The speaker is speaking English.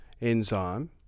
enzyme